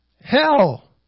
Hell